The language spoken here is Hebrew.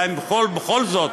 אלא בכל זאת,